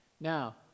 Now